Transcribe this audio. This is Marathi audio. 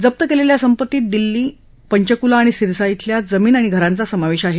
जप्त केलेल्या संपत्तीत दिल्ली पंचकुला आणि सिरसा श्विल्या जमीन आणि घरांचा समावेश आहे